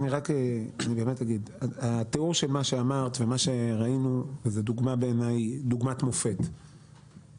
מה שאמרת ומה שראינו פה זה דוגמת מופת בעיניי